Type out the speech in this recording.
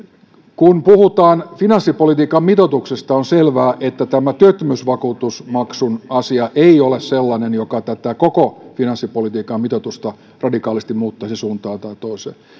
kun puhutaan finanssipolitiikan mitoituksesta on selvää että tämä työttömyysvakuutusmaksuasia ei ole sellainen joka tätä koko finanssipolitiikan mitoitusta radikaalisti muuttaisi suuntaan tai toiseen